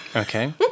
Okay